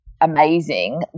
amazing